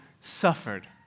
suffered